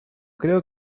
creo